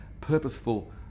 purposeful